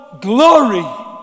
glory